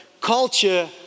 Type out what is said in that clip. culture